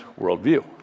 worldview